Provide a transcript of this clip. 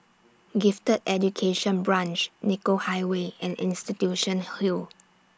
Gifted Education Branch Nicoll Highway and Institution Hill